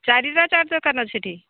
ଚାରିଟା ଚାଟ୍ ଦୋକାନ ଅଛି ସେଇଠି